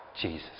Jesus